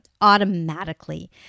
automatically